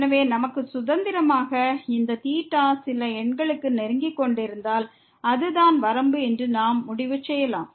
எனவே நமக்கு சுதந்திரமாக இந்த சில எண்களுக்கு நெருங்கிக் கொண்டிருந்தால் அதுதான் வரம்பு என்று நாம் முடிவு செய்யலாம்